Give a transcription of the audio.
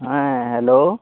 ᱦᱮᱸ ᱦᱮᱞᱳ